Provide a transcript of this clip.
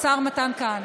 השר מתן כהנא.